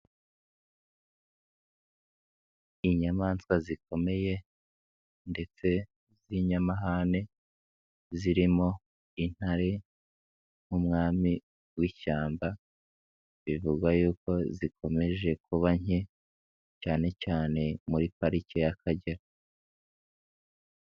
Inyamaswa zikomeye ndetse z'inyamahane, zirimo intare nk'umwami w'ishyamba, bivugwa yuko zikomeje kuba nke, cyane cyane muri parike y'Akagera.